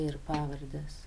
ir pavardės